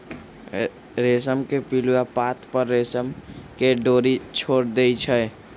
रेशम के पिलुआ पात पर रेशम के डोरी छोर देई छै